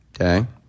Okay